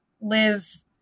live